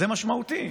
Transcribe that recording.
זה משמעותי.